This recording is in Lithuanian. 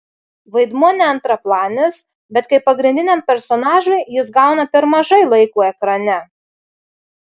vaidmuo ne antraplanis bet kaip pagrindiniam personažui jis gauna per mažai laiko ekrane